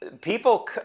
people